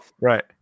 Right